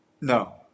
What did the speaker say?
No